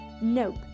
Nope